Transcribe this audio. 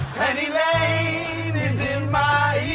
penny lane is in my